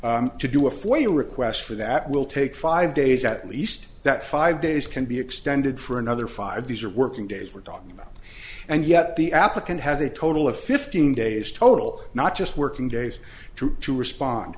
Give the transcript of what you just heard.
that to do a for a request for that will take five days at least that five days can be extended for another five these are working days we're talking about and yet the applicant has a total of fifteen days total not just working days to respond